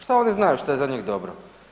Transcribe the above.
Što oni znaju što je za njih dobro?